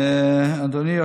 אדוני.